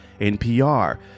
NPR